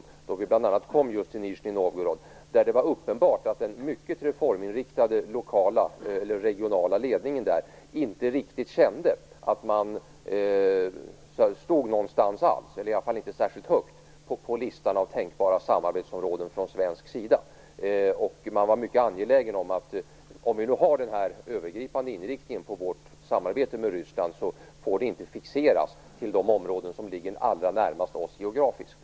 Vi kom då till bl.a. Nizjnij Novgorod, där det var uppenbart att den mycket reforminriktade regionala ledningen inte riktigt kände att deras region stod särskilt högt på listan över tänkbara samarbetsområden från svensk sida. Om vi då har denna övergripande inriktning på vårt samarbete med Ryssland, får inte samarbetet fixeras till de områden som ligger oss allra närmast geografiskt.